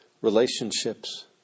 relationships